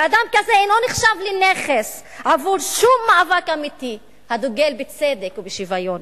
ואדם כזה אינו נחשב לנכס עבור שום מאבק אמיתי הדוגל בצדק ובשוויון.